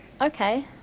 Okay